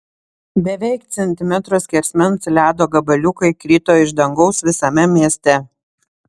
beveik centimetro skersmens ledo gabaliukai krito iš dangaus visame mieste